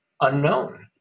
unknown